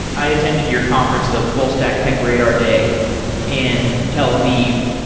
i attended your conference, the full stack tech radar day in tel aviv,